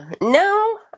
no